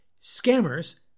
scammers